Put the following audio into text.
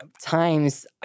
times